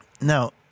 Now